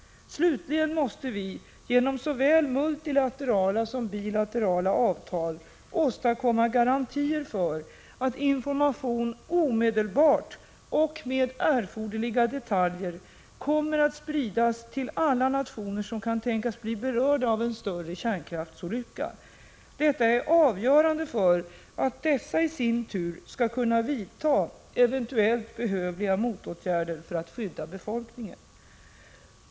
Slutligen måste vi genom såväl multilaterala som bilaterala avtal åstadkomma garantier för att information omedelbart och med erforderliga detaljer kommer att spridas till alla nationer som kan tänkas bli berörda av en större kärnkraftsolycka. Detta är avgörande för att dessa i sin tur skall kunna vidta eventuellt behövliga motåtgärder för att skydda befolkningen.